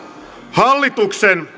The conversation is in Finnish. hallituksen